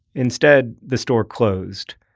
instead, the store closed,